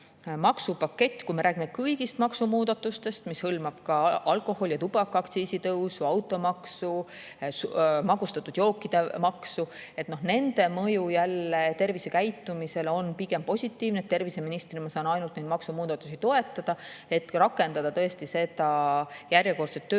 maksupaketi – kui me räägime kõigist maksumuudatustest, mis hõlmab ka alkoholi- ja tubakaaktsiisi tõusu, automaksu, magustatud jookide maksu – mõju tervisekäitumisele pigem positiivne. Terviseministrina ma saan maksumuudatusi ainult toetada, et rakendada tõesti järjekordset tööriista,